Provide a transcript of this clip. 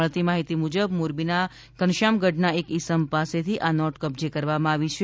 મળતી માહિતી મુજબ મોરબીના ઘનશ્યામગઢના એક ઈસમ પાસેથી આ નોટ કબ્જે કરવામાં આવી છે